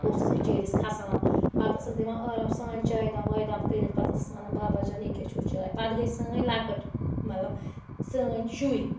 اوسُس بِچٲرِس کھَژان پَتہٕ ٲسَس دِوان آرامسان چاے دام واے دام کٔرِتھ پتہٕ ٲسَس وَنان باباجانی ییٚکہِ گٔے چاے پتہٕ گٔے سٲنۍ لۄکٕٹ مَطلَب سٲنۍ شُرۍ